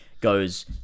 goes